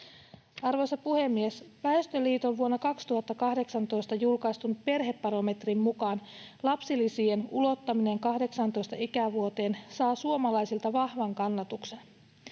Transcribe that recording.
Arvoisa puhemies! Väestöliiton vuonna 2018 julkaistun perhebarometrin mukaan lapsilisien ulottaminen 18 ikävuoteen saa suomalaisilta vahvan kannatuksen.